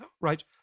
Right